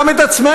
גם את עצמנו,